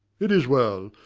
it is well.